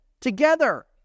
together